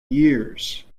years